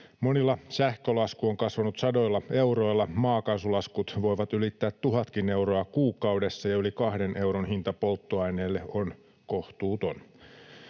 Monilla sähkölasku on kasvanut sadoilla euroilla, maakaasulaskut voivat ylittää tuhatkin euroa kuukaudessa ja yli 2 euron hinta polttoaineelle on kohtuuton.